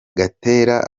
gatera